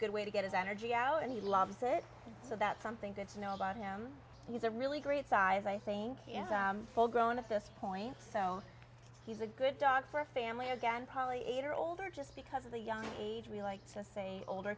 good way to get his energy out and he loves it so that's something that you know about him he's a really great size i think he has a full grown of this point so he's a good dog for a family again probably eight or older just because of the young age we like to say older